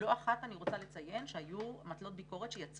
ולא אחת אני רוצה לציין היו מטלות ביקורת שיצאו